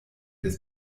des